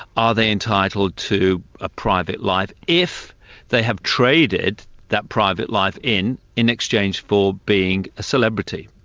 are they entitled to a private life if they have traded that private life in, in exchange for being a celebrity?